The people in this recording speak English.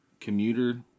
commuter